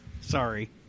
sorry